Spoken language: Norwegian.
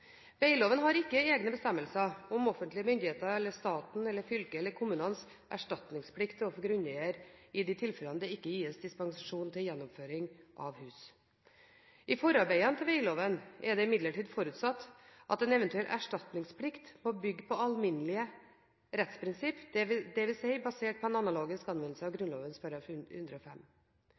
har ikke egne bestemmelser om offentlige myndigheters – statens, fylkets eller kommunens – erstatningsplikt overfor grunneier i de tilfeller det ikke gis dispensasjon til gjenoppføring av hus. I forarbeidene til vegloven er det imidlertid forutsatt at en eventuell erstatningsplikt må bygge på alminnelige rettsprinsipper, dvs. basert på en analogisk anvendelse av Grunnloven § 105.